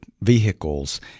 vehicles